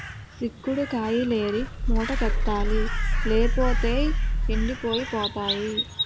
సిక్కుడు కాయిలేరి మూటకెత్తాలి లేపోతేయ్ ఎండిపోయి పోతాయి